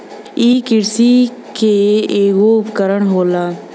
इ किरसी के ऐगो उपकरण होला